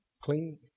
Clean